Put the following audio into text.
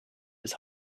his